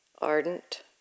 ardent